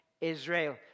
Israel